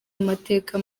amateka